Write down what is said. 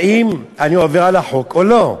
האם אני עובר על החוק או לא?